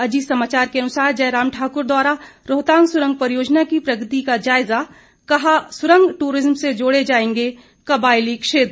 अजीत समाचार के अनुसार जयराम ठाकुर द्वारा रोहतांग सुरंग परियोजना की प्रगति का जायजा कहा सुरंग टूरिज्म से जोड़ें जाएंगे कबायली क्षेत्र